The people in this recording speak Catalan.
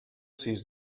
sis